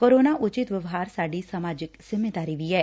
corona ਉਚਿਤ ਵਿਵਹਾਰ ਸਾਡੀ ਸਮਾਜਿਕ ਜਿੰਮੇਵਾਰੀ ਵੀ ਐ